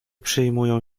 przyjmują